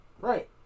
Right